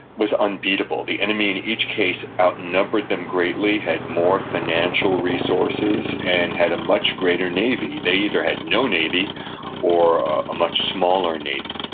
was unbeatable. the enemy in each case outnumbered them greatly, had more financial resources, and had a much greater navy. they either had no navy or a much smaller navy.